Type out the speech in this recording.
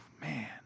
Man